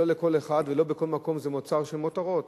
לא לכל אחד ולא בכל מקום זה מוצר של מותרות.